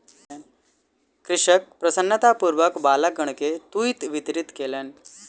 कृषक प्रसन्नतापूर्वक बालकगण के तूईत वितरित कयलैन